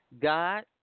God